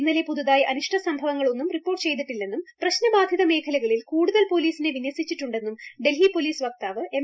ഇന്നലെ പുതുതായി അനിഷ്ട സംഭവങ്ങളൊന്നും റിപ്പോർട്ട് ചെയ്തിട്ടില്ലെന്നും പ്രശ്നബാധിത്രു മേഖലകളിൽ കൂടുതൽ പോലീസിനെ വിന്യസിച്ചിട്ടുണ്ടെന്നും സ്ത്ർഹി പോലീസ് വക്താവ് എം